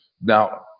Now